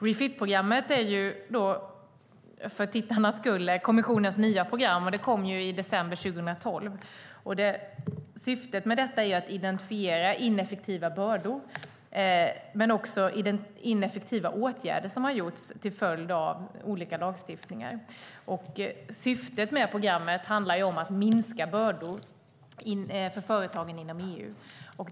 Refit-programmet är - det säger jag för tittarnas skull - kommissionens nya program. Det kom i december 2012. Syftet med det är att identifiera ineffektiva bördor men också ineffektiva åtgärder som har vidtagits till följd av olika lagstiftningar. Programmet handlar om att minska bördor för företagen inom EU.